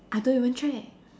I don't even check